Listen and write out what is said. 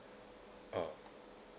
oh